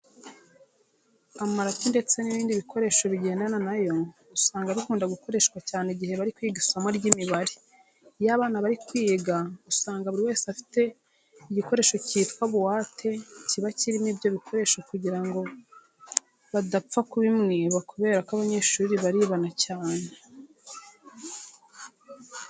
Amarati ndetse n'ibindi bikoresho bigendana na yo usanga bikunda gukoreshwa cyane igihe bari kwiga isomo ry'imibare. Iyo abana bari kwiga usanga buri wese afite igikoresho cyitwa buwate kiba kirimo ibyo bikoresho kugira ngo badapfa kubimwiba kubera ko abanyeshuri baribana cyane.